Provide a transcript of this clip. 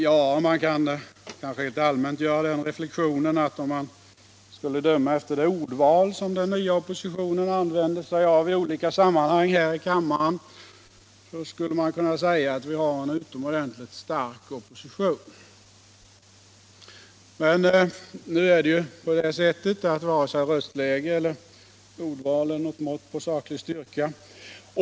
Man kan kanske rent allmänt göra den reflexionen att om man skall döma av det ordval som den nya oppositionen använder sig av i olika sammanhang här i riksdagen har vi en utomordentligt stark opposition. Men varken röstläge eller ordval är något mått på saklig styrka.